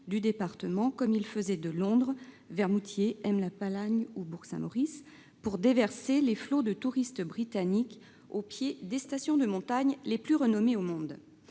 du département comme ils le faisaient de Londres vers Moûtiers, Aime-la-Plagne ou Bourg-Saint-Maurice pour déverser les flots de touristes britanniques au pied des stations de montagne les plus renommées au monde.